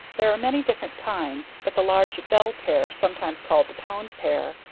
there are many different kinds but the large bell pear, sometimes called the pound pear,